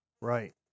Right